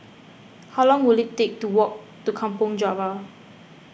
how long will it take to walk to Kampong Java